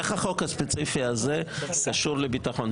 איך החוק הספציפי הזה קשור לביטחון?